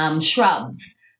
shrubs